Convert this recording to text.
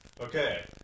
Okay